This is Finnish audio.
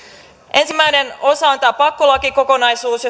ensimmäinen osa on tämä pakkolakikokonaisuus